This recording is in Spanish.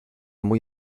muy